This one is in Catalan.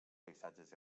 paisatges